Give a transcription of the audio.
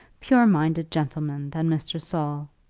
pure-minded gentleman than mr. saul.